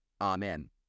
amen